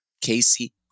Casey